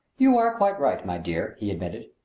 you are quite right, my dear, he admitted.